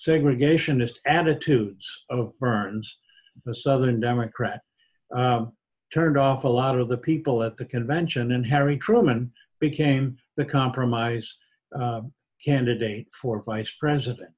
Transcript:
segregationist attitudes of burns the southern democrats turned off a lot of the people at the convention and harry truman became the compromise candidate for vice president